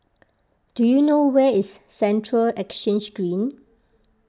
do you know where is Central Exchange Green